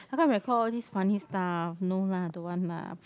how come record all these funny stuff no lah don't want lah